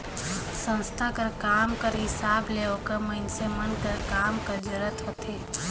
संस्था कर काम कर हिसाब ले ओकर मइनसे मन कर काम कर जरूरत होथे